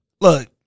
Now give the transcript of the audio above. look